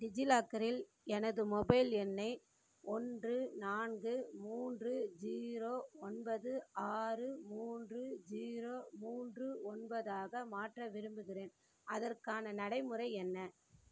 டிஜிலாக்கரில் எனது மொபைல் எண்ணை ஒன்று நான்கு மூன்று ஜீரோ ஒன்பது ஆறு மூன்று ஜீரோ மூன்று ஒன்பதாக மாற்ற விரும்புகிறேன் அதற்கான நடைமுறை என்ன